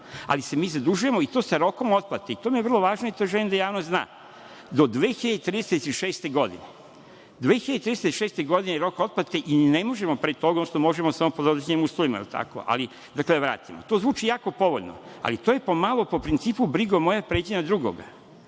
Ali se mi zadužujemo, i to sa rokom otplate. I to nam je vrlo važno i to želim da javnost zna. Do 2036. godine je rok otplate i ne možemo pre toga, odnosno možemo samo pod određenim uslovima, jel tako, da to vratimo. To zvuči jako povoljno, ali to je malo po principu – brigo moja pređi na drugoga.